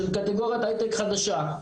של קטגוריית הייטק חדשה,